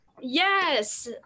yes